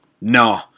no